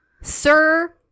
Sir